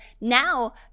now